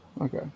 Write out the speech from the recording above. Okay